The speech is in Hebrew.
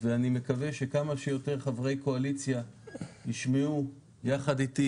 ואני מקווה שכמה שיותר חברי קואליציה ישמעו יחד איתי